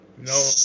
No